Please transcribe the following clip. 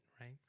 right